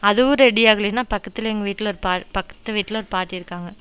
அதுவும் ரெடி ஆகலைன்னா பக்கத்தில் எங்கள் வீட்டில் பக்கத்து வீட்டில் ஒரு பாட்டி இருக்காங்க